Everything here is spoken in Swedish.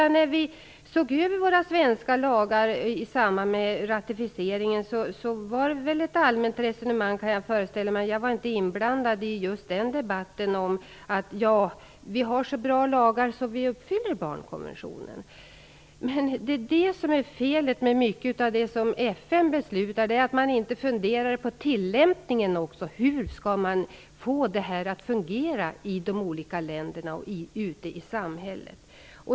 När vi såg över våra svenska lagar i samband med ratificeringen kan jag föreställa mig att det fördes ett allmänt resonemang - jag var inte inblandad i just den debatten - om att vi har så bra lagar att vi uppfyller barnkonventionen. Det är det som är felet med mycket av det som FN beslutar, att man inte funderar på tillämpningen. Hur skall man få beslutet att fungera i de olika länderna och ute i samhället?